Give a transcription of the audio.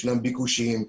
יש ביקושים,